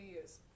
use